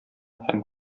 һәм